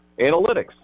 analytics